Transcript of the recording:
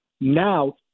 Now